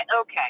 okay